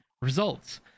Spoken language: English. results